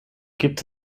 gibt